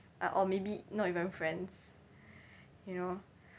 ah or maybe not even friends you know